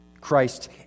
Christ